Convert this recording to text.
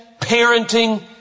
parenting